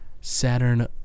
Saturn